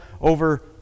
over